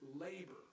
labor